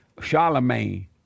Charlemagne